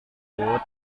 ikut